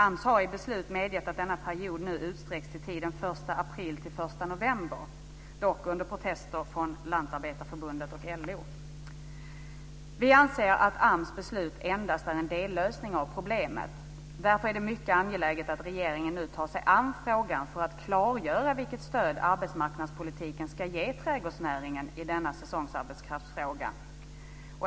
AMS har i beslut medgett att denna period nu utsträcks till tiden den 1 april till den 1 november, dock under protester från Lantarbetarförbundet och Vi anser att AMS beslut endast är en dellösning av problemet. Därför är det mycket angeläget att regeringen nu tar sig an frågan för att klargöra vilket stöd arbetsmarknadspolitiken ska ge trädgårdsnäringen i denna säsongsarbetskraftsfråga.